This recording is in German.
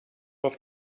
auf